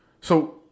So-